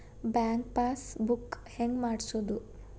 Bank passbook ಹೆಂಗ್ ಮಾಡ್ಸೋದು?